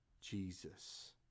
Jesus